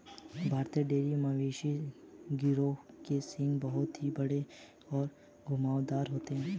भारतीय डेयरी मवेशी गिरोह के सींग बहुत ही बड़े और घुमावदार होते हैं